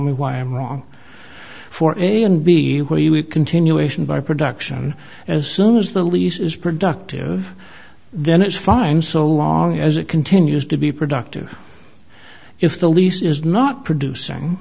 me why i'm wrong for a and b continuation by production as soon as the lease is productive then it's fine so long as it continues to be productive if the lease is not producing